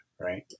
right